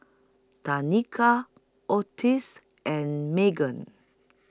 Tanika Otis and Meghann